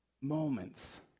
moments